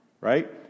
Right